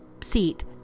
seat